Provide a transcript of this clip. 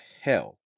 Hell